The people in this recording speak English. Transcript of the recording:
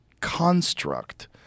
construct